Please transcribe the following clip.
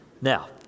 Now